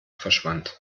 verschwand